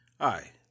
Hi